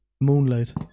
moonlight